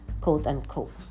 quote-unquote